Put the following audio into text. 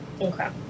Okay